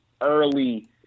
early